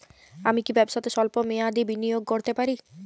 আমি কি ব্যবসাতে স্বল্প মেয়াদি বিনিয়োগ করতে পারি?